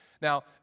Now